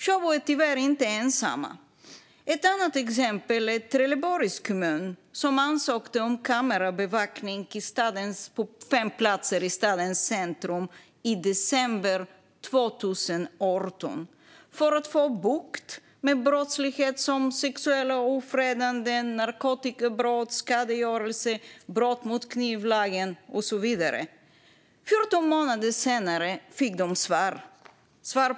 Sjöbo är tyvärr inte ensamt. Ett annat exempel är Trelleborgs kommun som ansökte om kamerabevakning på fem platser i stadens centrum i december 2018. Det gjorde de för att få bukt med brottslighet som sexuella ofredanden, narkotikabrott, skadegörelse, brott mot knivlagen och så vidare. De fick 14 månader senare svar på ansökan.